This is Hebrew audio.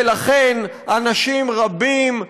ולכן אנשים רבים,